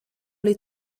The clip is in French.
les